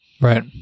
Right